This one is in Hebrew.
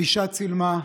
האישה צילמה.